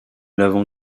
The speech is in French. l’avons